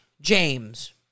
James